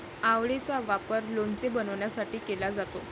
आवळेचा वापर लोणचे बनवण्यासाठी केला जातो